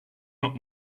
not